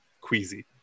queasy